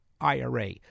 IRA